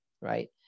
right